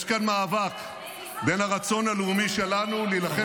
יש כאן מאבק בין הרצון הלאומי שלנו להילחם